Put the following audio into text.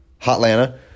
Hotlanta